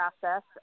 process